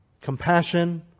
Compassion